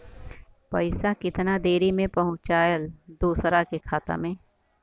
पैसा कितना देरी मे पहुंचयला दोसरा के खाता मे?